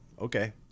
Okay